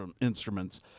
instruments